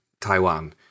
Taiwan